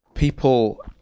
people